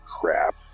crap